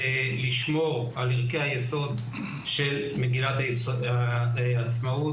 לשמור על ערכי היסוד של מדינת העצמאות,